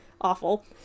awful